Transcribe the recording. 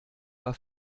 war